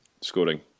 scoring